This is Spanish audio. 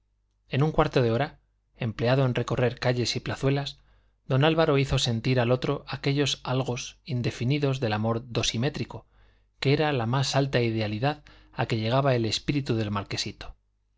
en un cuarto de hora empleado en recorrer calles y plazuelas don álvaro hizo sentir al otro aquellos algos indefinidos del amor dosimétrico que era la más alta idealidad a que llegaba el espíritu del marquesito